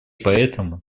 поэтому